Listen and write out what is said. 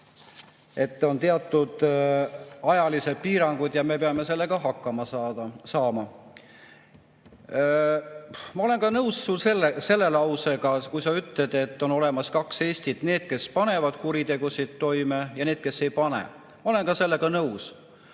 et on teatud ajalised piirangud, siis me peame sellega hakkama saama. Ma olen ka nõus selle lausega, kus sa ütlesid, et on olemas kaks Eestit: need, kes panevad kuritegusid toime, ja need, kes ei pane. Ma olen sellega nõus.